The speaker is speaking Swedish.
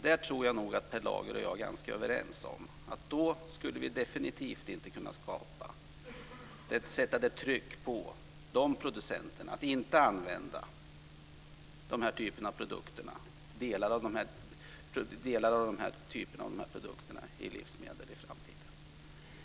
Jag tror att Per Lager och jag är ganska överens om att vi då definitivt inte skulle kunna sätta tryck på producenterna att inte använda delar av den typen av produkter i livsmedel i framtiden.